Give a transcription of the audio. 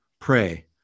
pray